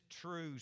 true